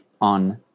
on